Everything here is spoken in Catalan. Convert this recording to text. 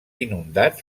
inundats